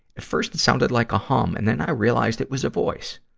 at first, it sounded like a hum. and then i realized it was a voice.